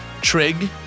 Trig